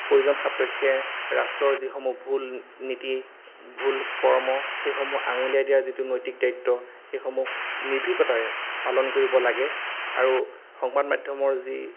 প্ৰয়োজন সাপেক্ষে ৰাষ্ট্ৰৰ যিসমূহ ভুল নীতি ভুল কৰ্ম সেইসমূহ আঙুলিয়াই দিয়াৰ যিটো নৈতিক দায়িত্ব সেইসমূহ নিৰ্ভীকতাৰে পালন কৰিব লাগে আৰু সংবাদ মাধ্যমৰ যি